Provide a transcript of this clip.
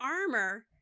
armor